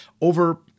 over